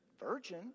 virgin